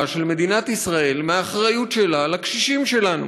של מדינת ישראל מהאחריות שלה לקשישים שלנו.